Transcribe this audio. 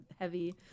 heavy